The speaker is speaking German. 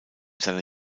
seiner